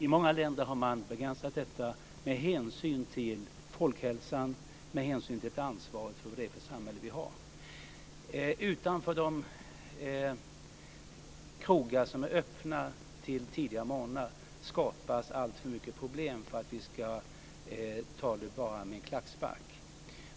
I många länder har man begränsat detta med hänsyn till folkhälsan och med hänsyn till ansvaret för vilket samhälle man har. Utanför de krogar som är öppna till tidiga morgnar skapas alltför mycket problem för att vi ska ta det med en klackspark.